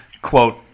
quote